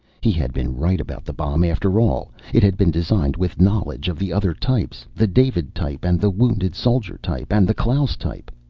he had been right about the bomb, after all. it had been designed with knowledge of the other types, the david type and the wounded soldier type. and the klaus type.